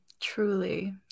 Truly